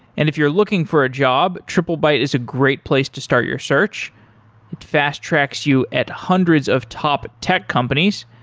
if you're looking for a job, triplebyte is a great place to start your search, it fast-tracks you at hundreds of top tech companies.